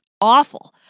awful